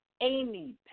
Amy